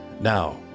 Now